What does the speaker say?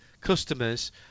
customers